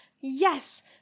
yes